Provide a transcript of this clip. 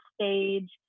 stage